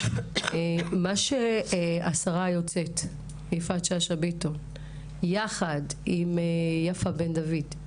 זה שהשרה היוצאת יפעת שאשא-ביטון יחד עם יפה בן-דוד,